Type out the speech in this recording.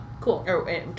Cool